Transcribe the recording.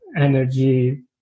energy